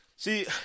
See